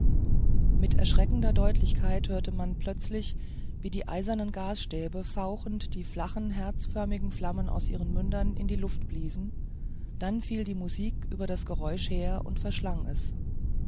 mit erschreckender deutlichkeit hörte man plötzlich wie die eisernen gasstäbe fauchend die flachen herzförmigen flammen aus ihren mündern in die luft bliesen dann fiel die musik über das geräusch her und verschlang es